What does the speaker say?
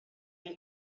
been